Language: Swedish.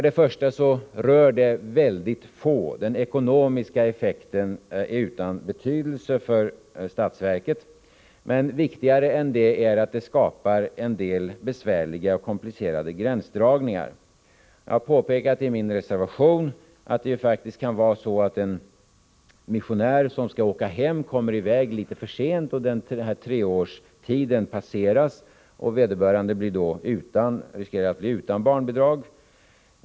Det rör väldigt få, och den ekonomiska effekten är alltså utan betydelse för statsverket. Men viktigare än det är att en sådan regel skapar en del komplicerade gränsdragningar. Jag har påpekat i min reservation att det faktiskt kan inträffa att en missionär som skall åka hem kommer i väg litet för sent så att treårstiden passeras, och vederbörande riskerar då att bli utan barnbidrag.